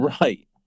Right